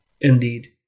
Indeed